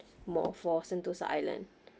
more for sentosa island